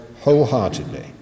wholeheartedly